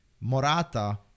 Morata